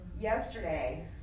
Yesterday